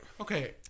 Okay